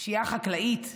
פשיעה חקלאית,